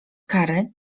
kary